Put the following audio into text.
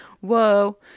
Whoa